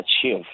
achieve